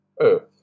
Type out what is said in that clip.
Earth